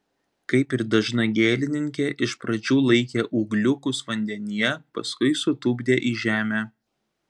kaip ir dažna gėlininkė iš pradžių laikė ūgliukus vandenyje paskui sutupdė į žemę